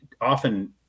often